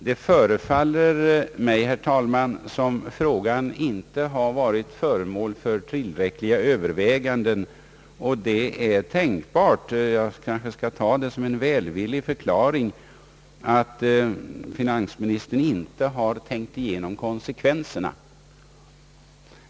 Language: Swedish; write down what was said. Det förefaller mig, herr talman, som om frågan inte har varit föremål för tillräckliga överväganden, och det är tänkbart — jag kanske kan betrakta det som en välvillig förklaring — att finansministern inte har tänkt igenom konsekvenserna.